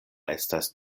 estas